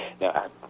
Now